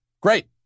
Great